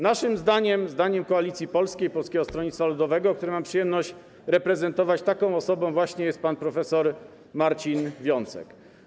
Naszym zdaniem, zdaniem klubu Koalicji Polskiej - Polskiego Stronnictwa Ludowego, który mam przyjemność reprezentować, taką właśnie osobą jest pan prof. Marcin Wiącek.